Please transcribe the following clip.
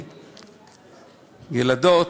ילדות,